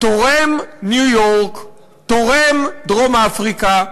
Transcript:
"תורם, ניו-יורק", "תורם, דרום-אפריקה".